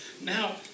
Now